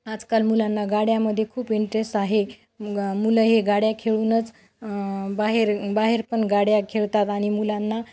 आजकाल मुलांना गाड्यामध्ये खूप इंटरेस्ट आहे मुलं हे गाड्या खेळूनच बाहेर बाहेर पण गाड्या खेळतात आणि मुलांना